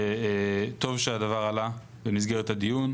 וטוב שהדבר עלה במסגרת הדיון.